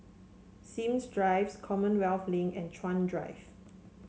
Sims Drives Commonwealth Link and Chuan Drive